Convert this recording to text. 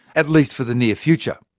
at least for the near future.